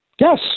Yes